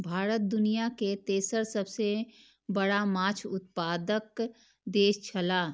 भारत दुनिया के तेसर सबसे बड़ा माछ उत्पादक देश छला